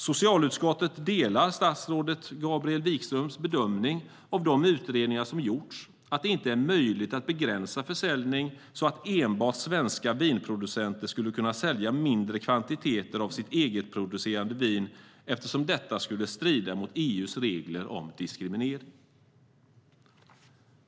Socialutskottet delar statsrådet Gabriel Wikströms bedömning av de utredningar som gjorts, nämligen att det inte är möjligt att begränsa försäljning så att enbart svenska vinproducenter skulle kunna sälja mindre kvantiteter av sitt egenproducerade vin eftersom detta skulle strida mot EU:s regler om diskriminering.